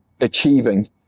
achieving